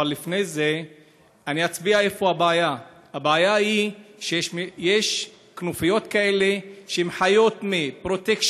אבל לפני זה אני אצביע על הבעיה: הבעיה היא שיש כנופיות שחיות מפרוטקשן,